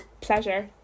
pleasure